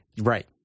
Right